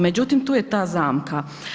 Međutim, tu je ta zamka.